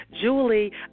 Julie